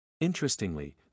Interestingly